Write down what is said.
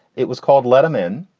it was called let him in.